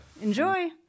Enjoy